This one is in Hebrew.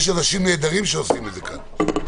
יש אנשים נהדרים שעושים את זה כאן.